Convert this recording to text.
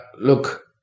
look